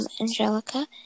Angelica